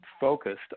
focused